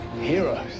heroes